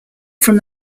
from